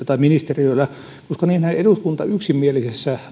tai ministeriöllä jotain epäselvyyttä koska niinhän eduskunta yksimielisessä